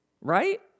Right